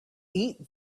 eat